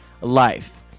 life